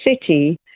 city